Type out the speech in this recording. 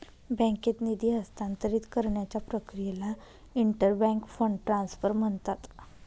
बँकेत निधी हस्तांतरित करण्याच्या प्रक्रियेला इंटर बँक फंड ट्रान्सफर म्हणतात